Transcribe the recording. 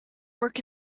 work